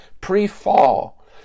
pre-fall